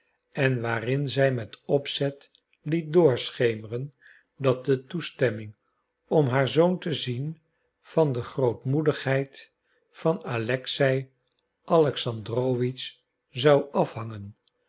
en waarin zij met opzet liet doorschemeren dat de toestemming om haar zoon te zien van de grootmoedigheid van alexei alexandrowitsch zou afhangen